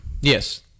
Yes